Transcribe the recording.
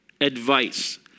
advice